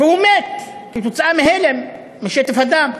והוא מת כתוצאה מהלם, משטף הדם.